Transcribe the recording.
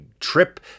trip